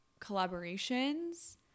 collaborations